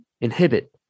Inhibit